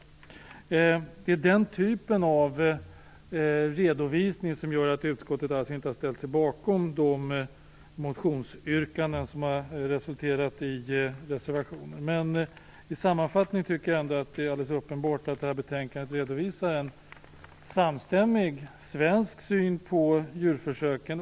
Det är den typen av redovisning som har gjort att utskottet inte har ställt sig bakom de motionsyrkanden som har resulterat i reservationer. Sammanfattningsvis tycker jag att det är alldeles uppenbart att betänkandet visar en samstämmig svensk syn på djurförsöken.